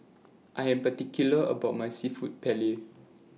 I Am particular about My Seafood Paella